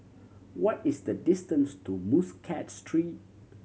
what is the distance to Muscat Street